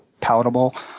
palatable.